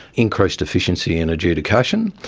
increased efficiency and adjudication,